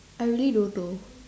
I really don't know